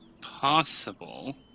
possible